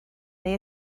neu